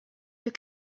your